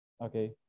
Okay